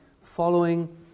following